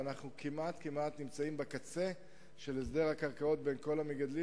ואנחנו כמעט כמעט נמצאים בקצה של הסדר הקרקעות בין כל המגדלים.